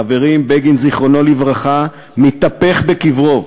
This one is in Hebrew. חברים, בגין, זיכרונו לברכה, מתהפך בקברו.